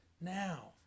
now